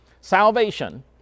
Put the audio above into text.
Salvation